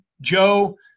joe